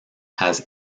had